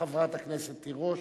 חברת הכנסת תירוש,